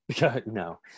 no